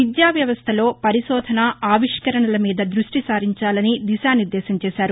విద్యావ్యవస్థలో పరిశోధనా ఆవిష్కరణలమీద దృష్టిసారించాలని దిశానిర్దేశం చేశారు